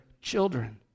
children